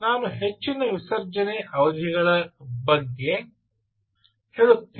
ನಾನು ಹೆಚ್ಚಿನ ವಿಸರ್ಜನೆ ಅವಧಿಗಳ ಬಗ್ಗೆ ಹೇಳುತ್ತೇನೆ